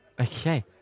Okay